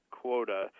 quota